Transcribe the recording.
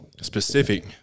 specific